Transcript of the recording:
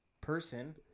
person